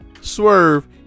Swerve